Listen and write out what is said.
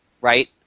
right